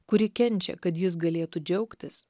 kuri kenčia kad jis galėtų džiaugtis